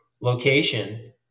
location